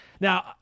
now